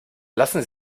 lassen